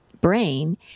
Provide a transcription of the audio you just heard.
brain